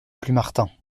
plumartin